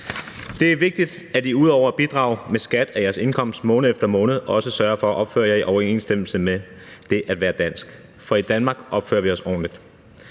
Det er vigtigt, at I ud over at bidrage med skat af jeres indkomst måned efter måned også sørger for at opføre jer i overensstemmelse med det at være dansk, for i Danmark opfører vi os ordentligt.